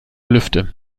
lüfte